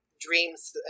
dreams